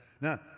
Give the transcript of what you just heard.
Now